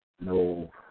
no